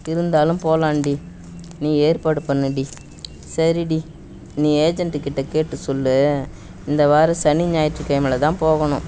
இருந்தாலும் போகலான்டி நீ ஏற்பாடு பண்ணுடி சரிடி நீ ஏஜெண்டு கிட்டே கேட்டு சொல் இந்த வாரம் சனி ஞாயிற்று கிழமையில தான் போகணும்